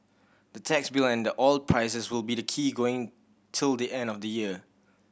the tax bill and the oil prices will be the key going till the end of the year